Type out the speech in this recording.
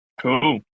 cool